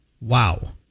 Wow